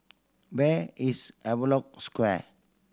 where is Havelock Square